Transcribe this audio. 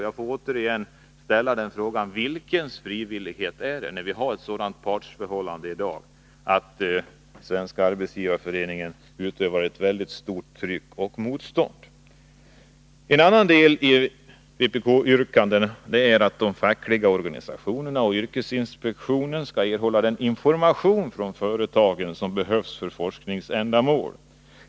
Jag ställer återigen frågan: Vems frivillighet är det fråga om, när vi i dag har ett sådant partsförhållande att Svenska arbetsgivareföreningen utövar ett mycket stort tryck och motstånd? En annan del i vpk:s yrkanden är att de fackliga organisationerna och yrkesinspektionen skall erhålla den information från företagen som behövs för forskningsändamål.